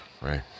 Right